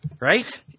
Right